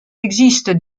existe